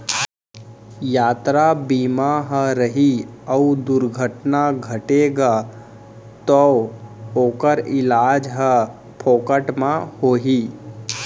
यातरा बीमा ह रही अउ दुरघटना घटगे तौ ओकर इलाज ह फोकट म होही